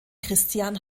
christian